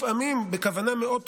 לפעמים בכוונה מאוד טובה,